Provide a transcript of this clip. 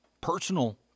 Personal